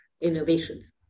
innovations